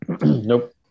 Nope